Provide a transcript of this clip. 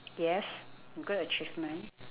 yes good achievement